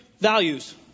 values